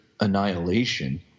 annihilation –